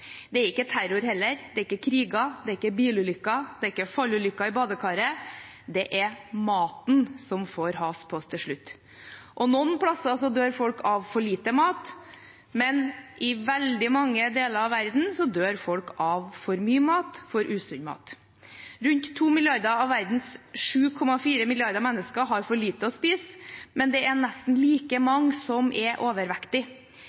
Det er ikke terror heller. Det er ikke kriger. Det er ikke bilulykker. Det er ikke fallulykker i badekaret. Det er maten som får has på oss til slutt. Noen plasser dør folk av for lite mat, men i veldig mange deler av verden dør folk av for mye mat, for usunn mat. Rundt 2 milliarder av verdens 7,4 milliarder mennesker har for lite å spise, men det er nesten like